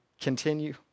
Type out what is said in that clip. continue